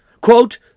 Quote